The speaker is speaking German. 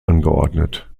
angeordnet